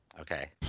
Okay